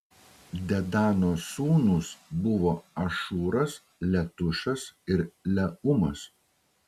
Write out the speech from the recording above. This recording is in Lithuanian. dedano sūnūs buvo ašūras letušas ir leumas